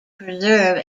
preserve